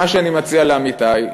מה שאני מציע לעמיתי,